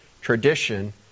Tradition